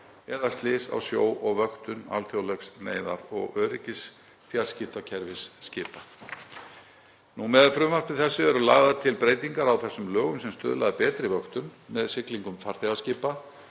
eða slys á sjó og vöktun alþjóðlegs neyðar- og öryggisfjarskiptakerfis skipa. Með frumvarpi þessu eru lagðar til breytingar á þessum lögum sem stuðla að betri vöktun með siglingum farþegaskipa,